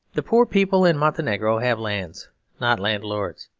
the poor people in montenegro have lands not landlords.